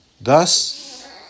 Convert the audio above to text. Thus